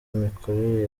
mikorere